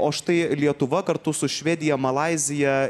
o štai lietuva kartu su švedija malaizija